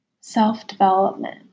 self-development